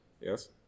Yes